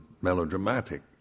melodramatic